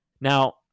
Now